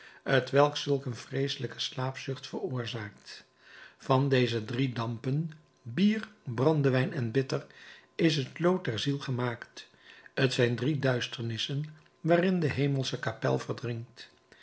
t welk zulk een vreeselijke slaapzucht veroorzaakt van deze drie dampen bier brandewijn en bitter is het lood der ziel gemaakt t zijn drie duisternissen waarin de hemelsche kapel verdrinkt